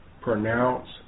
Pronounce